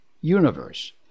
universe